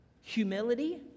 humility